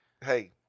hey